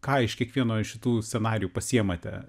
ką iš kiekvieno iš šitų scenarijų pasiimate